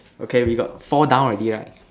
okay we got four down already right